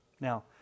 Now